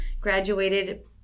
graduated